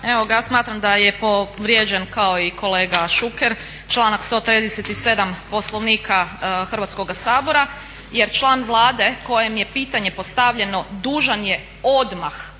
Evo ga, ja smatram da je povrijeđen kao i kolega Šuker članak 137. Poslovnika Hrvatskoga sabora, jer član Vlade kojem je pitanje postavljeno dužan je odmah